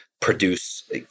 produce